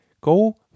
Go